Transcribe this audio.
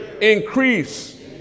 increase